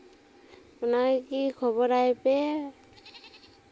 ᱚᱱᱟᱜᱮ ᱠᱷᱚᱵᱚᱨᱟᱭ ᱯᱮ